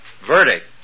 verdict